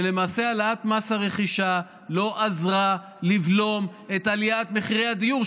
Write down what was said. שלמעשה העלאת מס הרכישה לא עזרה לבלום את עליית מחירי הדיור,